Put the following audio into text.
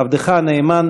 עבדך הנאמן,